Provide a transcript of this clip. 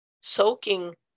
soaking